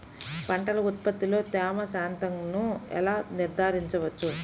పంటల ఉత్పత్తిలో తేమ శాతంను ఎలా నిర్ధారించవచ్చు?